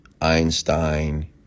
Einstein